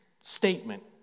statement